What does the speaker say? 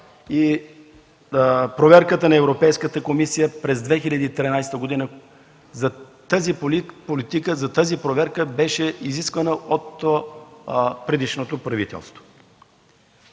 от проверката на Европейската комисия през 2013 г. Тази политика и тази проверка бяха изискани от предишното правителство.